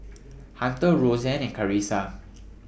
Hunter Rosann and Karissa